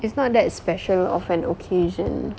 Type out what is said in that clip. it's not that special of an occasion